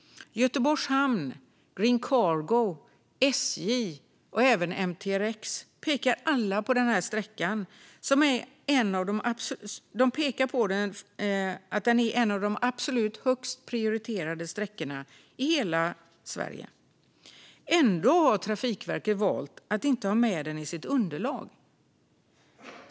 Göteborgs Hamn, Green Cargo, SJ och även MTRX pekar alla på denna sträcka som en av de absolut högst prioriterade sträckorna i hela Sverige. Ändå har Trafikverket valt att inte ha med den i sitt underlag.